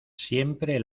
siempre